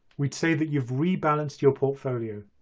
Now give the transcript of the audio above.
we'd say that you've rebalanced your portfolio.